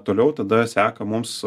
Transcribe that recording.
toliau tada seka mums